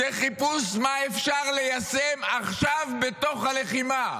זה חיפוש מה אפשר ליישם עכשיו בתוך הלחימה.